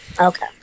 Okay